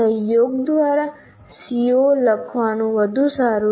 સહયોગ દ્વારા CO લખવાનું વધુ સારું છે